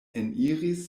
eniris